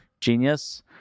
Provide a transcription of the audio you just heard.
Genius